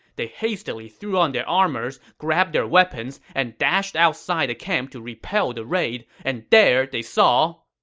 they hastily threw on their armors, grabbed their weapons, and dashed outside the camp to repel the raid. and there, they saw,